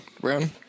Brown